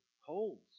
holds